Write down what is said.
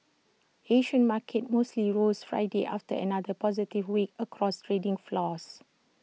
Asian markets mostly rose Friday after another positive week across trading floors